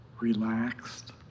relaxed